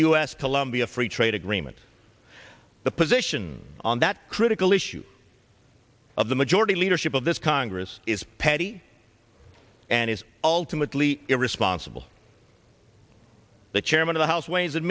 u s colombia free trade agreement the position on that critical issue of the majority leadership of this congress is petty and is ultimately irresponsible the chairman of the house ways